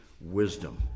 wisdom